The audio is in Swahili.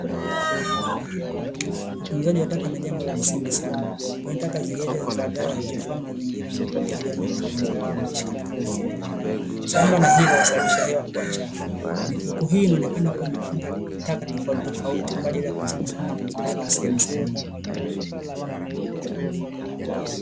Utunzaji wa taka ni jambo la msingi sana kwani taka zikiachwa zizagae huchafua mazingira na kuathiri wanyama mbalimbali wanaoishi katika mazingira hayo, sambamba na hilo husababisha hewa kuwa chafu. Mifuko hii inaonekana kuwa imefunga taka tofautitofauti kwa ajili ya kuzikusanya na kuzipeleka sehemu sahihi.